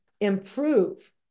improve